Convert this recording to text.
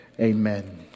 Amen